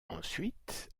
ensuite